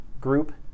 group